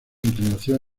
inclinación